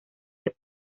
que